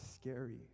scary